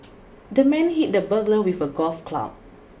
the man hit the burglar with a golf club